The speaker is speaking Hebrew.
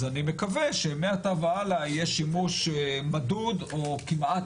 אז אני מקווה שמעתה והלאה יהיה שימוש מדוד או כמעט